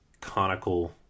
conical